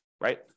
Right